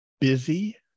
busy